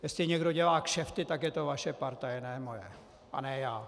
Jestli někdo dělá kšefty, tak je to vaše partaj, ne moje a ne já.